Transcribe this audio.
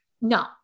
no